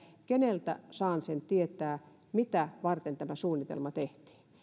keneltä saan sen tietää mitä varten tämä suunnitelma tehtiin